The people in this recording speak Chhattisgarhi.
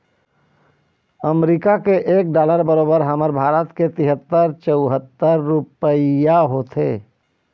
अमरीका के एक डॉलर बरोबर हमर भारत के तिहत्तर चउहत्तर रूपइया होथे